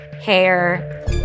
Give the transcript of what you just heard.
hair